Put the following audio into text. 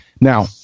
Now